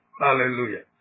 Hallelujah